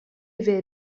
vefe